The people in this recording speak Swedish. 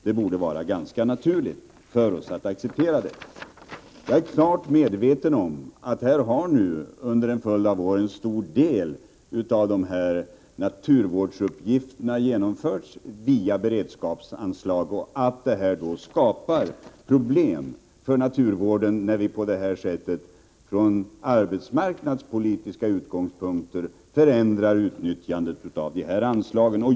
Jag är klart medveten om att en stor del av dessa naturvårdsuppgifter under en följd av år har genomförts med anlitande av beredskapsanslag och att det skapar problem för naturvården när vi på detta sätt från arbetsmarknadspolitiska utgångspunkter förändrar utnyttjandet av dessa anslag.